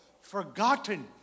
Forgotten